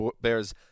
bears